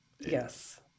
Yes